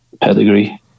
pedigree